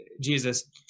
Jesus